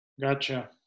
Gotcha